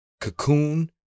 Cocoon